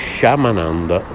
Shamananda